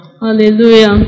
Hallelujah